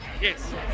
Yes